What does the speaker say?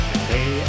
Hey